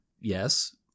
yes